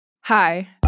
Hi